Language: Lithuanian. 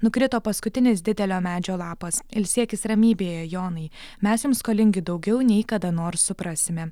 nukrito paskutinis didelio medžio lapas ilsėkis ramybėje jonai mes jam skolingi daugiau nei kada nors suprasime